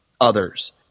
others